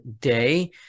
day